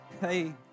Hey